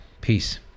peace